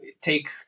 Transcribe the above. take